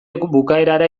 bukaerara